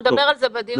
נדבר על זה בדיון הבא.